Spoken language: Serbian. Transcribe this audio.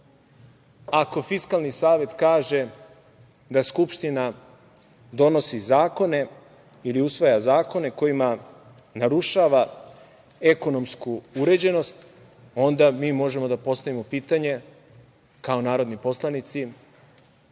ako Fiskalni savet kaže da Skupština donosi zakone ili usvaja zakone kojima narušava ekonomsku uređenost, onda mi možemo da postavimo pitanje kao narodni poslanici